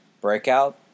breakout